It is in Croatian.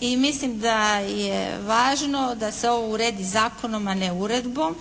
i mislim da je važno da se ovo uredi zakonom a ne uredbom